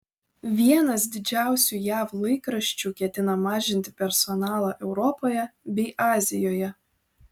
vienas didžiausių jav laikraščių ketina mažinti personalą europoje bei azijoje